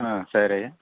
ம் சரி